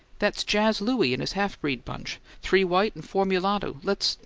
that's jazz louie and his half-breed bunch three white and four mulatto. let's?